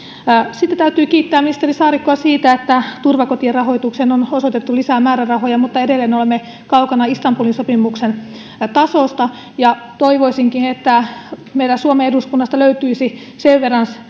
sitten täytyy kiittää ministeri saarikkoa siitä että turvakotien rahoitukseen on osoitettu lisää määrärahoja mutta edelleen olemme kaukana istanbulin sopimuksen tasosta toivoisinkin että meiltä löytyisi suomen eduskunnasta sen verran